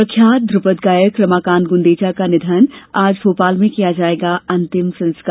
प्रख्यात ध्रुपद गायक रमाकांत ग्रंदेचा का निधन आज भोपाल में किया जायेगा अंतिम संस्कार